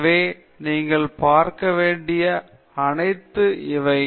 எனவே நீங்கள் பார்க்க வேண்டிய அனைத்தும் இவை